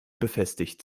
befestigt